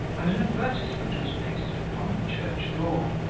and an advertisement was pasted upon the church-door,